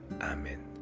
Amen